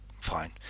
fine